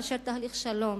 מאשר תהליך שלום